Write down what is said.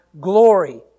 glory